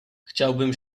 chciałbym